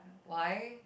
why